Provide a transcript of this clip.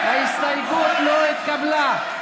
ההסתייגות לא התקבלה.